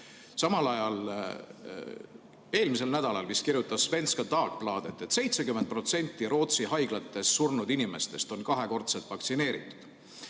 Samal ajal vist eelmisel nädalal kirjutas Svenska Dagbladet, et 70% Rootsi haiglates surnud inimestest on kaks korda vaktsineeritud.